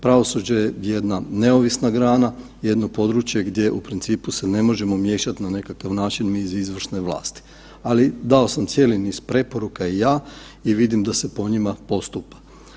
Pravosuđe je jedna neovisna grana, jedno područje gdje u principu, se ne možemo miješati na nekakav način mi iz izvršne vlasti, ali, dao sam cijeli niz preporuka i ja i vidim da se po njima postupa.